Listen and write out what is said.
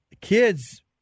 kids